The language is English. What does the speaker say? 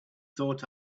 thought